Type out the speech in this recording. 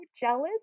jealous